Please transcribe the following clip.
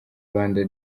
rwanda